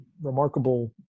remarkable